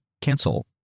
cancel